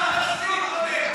למה אתה משתמש בבמה של הבית הזה?